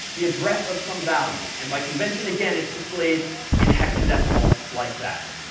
the address of some value. and by convention again, it's displayed in hexadecimal like that.